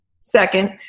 second